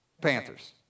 Panthers